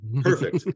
Perfect